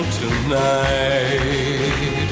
tonight